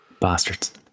Bastards